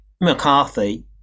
mccarthy